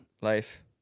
life